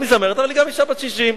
היא גם זמרת אבל גם אשה בת 60,